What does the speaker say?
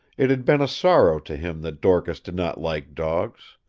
it had been a sorrow to him that dorcas did not like dogs.